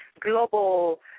global